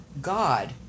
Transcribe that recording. god